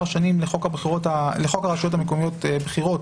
שנים לחוק הרשויות המקומיות (בחירות),